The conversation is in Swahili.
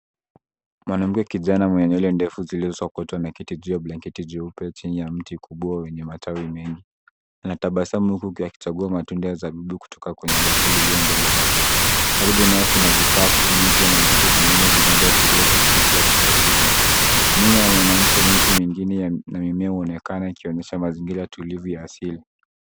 Mwanamke kijana mwenye nywele ndefu zilizosokotwa amaketi juu ya blanketi jeupe chini ya mti kubwa wenye matawi mengi. Anatabasamu huku akichagua matunda ya zanibu kutoka kwenye bakuli iliyo mbele yake. Karibu naye kuna vikapu, mito na vitu vingine vinavyoashiria picnic ya kufurahisha. Nyuma ya mwanamke mimea na miti mingine huonekana ikionyesha mazingira tulivu ya asili.